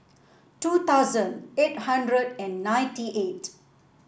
two thousand eight hundred and ninety eight